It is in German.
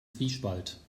zwiespalt